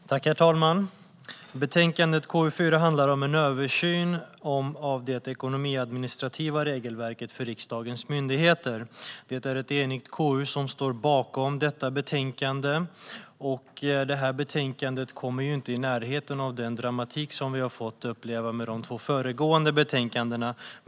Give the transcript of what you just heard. En översyn av det ekonomiadministrativa regelverket för riks-dagens myndigheter Herr talman! Betänkandet KU4 handlar om en översyn av det ekonomiadministrativa regelverket för riksdagens myndigheter. Det är ett enigt KU som står bakom detta betänkande, och vi kommer inte i närheten av den dramatik som vi fick uppleva med de två föregående betänkandena.